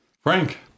Frank